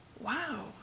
wow